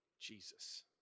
Jesus